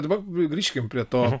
dabar grįžkim prie to